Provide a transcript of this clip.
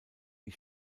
die